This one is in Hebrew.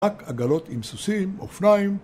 ‫רק עגלות עם סוסים או אופניים.